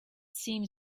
seemed